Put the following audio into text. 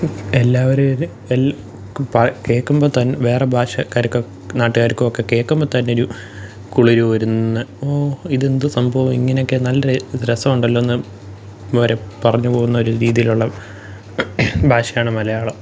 എല്ലാവരും കേൾക്കുമ്പോൾ തന്നെ വേറെ ഭാഷക്കാർക്കൊ നാട്ടുകാർക്കൊ ഒക്കെ കേൾക്കുമ്പോൾ തന്നെ ഒരു കുളിരു കോരുന്ന ഓ ഇതെന്ത് സംഭവം ഇങ്ങനെയൊക്കെ നല്ല രസമുണ്ടല്ലോ എന്ന് വരെ പറഞ്ഞു പോകുന്ന ഒരു രീതിയിലുള്ള ഭാഷയാണ് മലയാളം